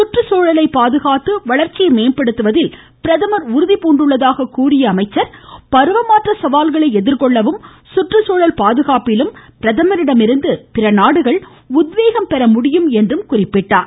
கற்றுச்சூழலை பாதுகாத்து வளர்ச்சியை மேம்படுத்துவதில் பிரதமர் உறுதி பூண்டுள்ளதாக கூறிய அவர் பருவமாற்ற சவால்களை எதிர்கொள்ளவும் சுற்றுச்சூழல் பாதுகாப்பிலும் பிரதமரிடமிருந்து பிற நாடுகள் உத்வேகம் பெற முடியும் என்றும் கூறினார்